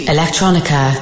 Electronica